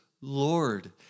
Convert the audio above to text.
Lord